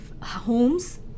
homes